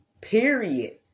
Period